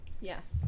Yes